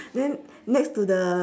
then next to the